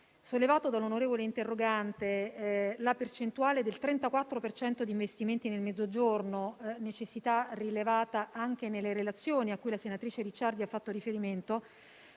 sollevato dall'onorevole interrogante, la percentuale del 34 per cento di investimenti nel Mezzogiorno - necessità rilevata anche nelle relazioni a cui la senatrice Ricciardi ha fatto riferimento